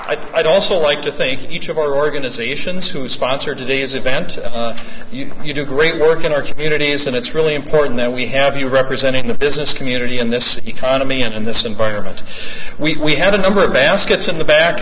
fine i'd also like to think each of our organizations who sponsor today's event you know you do great work in our communities and it's really important that we have you representing the business community in this economy and in this environment we had a number baskets in the back